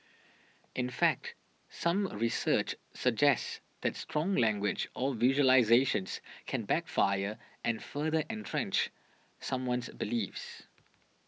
in fact some a research suggests that strong language or visualisations can backfire and further entrench someone's beliefs